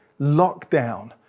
Lockdown